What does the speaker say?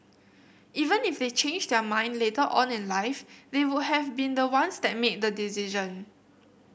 even if they change their mind later on in life they would have been the ones that made the decision